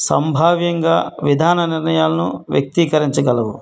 సంభావ్యంగా విధాన నిర్ణయాలను వ్యక్తీకరించగలవు